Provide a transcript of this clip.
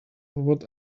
what